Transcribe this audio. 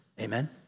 Amen